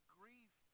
grief